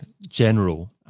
general